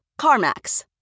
CarMax